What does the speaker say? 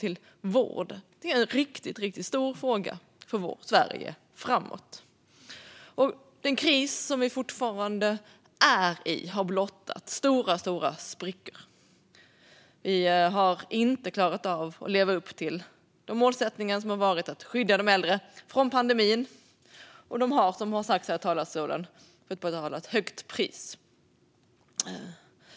Det är en riktigt, riktigt stor fråga för Sverige framåt. Den kris som vi fortfarande är i har blottat stora sprickor. Vi har inte klarat av att leva upp till målsättningen att skydda de äldre från pandemin. De har, som har sagts här i talarstolen, fått betala ett högt pris.